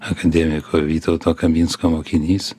akademiko vytauto kaminsko mokinys